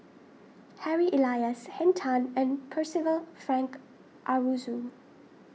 Harry Elias Henn Tan and Percival Frank Aroozoo